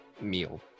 meal